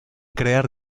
crear